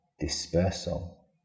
dispersal